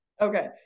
okay